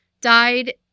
died